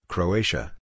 Croatia